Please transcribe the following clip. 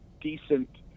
decent